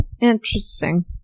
Interesting